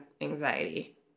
anxiety